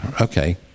Okay